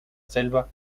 selva